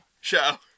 show